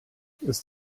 ist